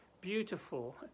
beautiful